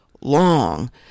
long